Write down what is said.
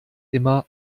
immer